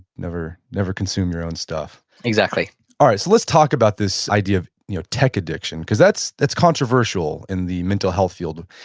never never consume your own stuff exactly all right, so let's talk about this idea of tech addiction, because that's that's controversial in the mental health field.